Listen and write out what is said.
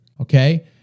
okay